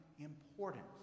important